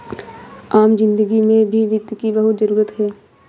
आम जिन्दगी में भी वित्त की बहुत जरूरत है